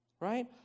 right